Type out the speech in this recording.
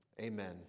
Amen